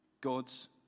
God's